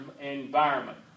environment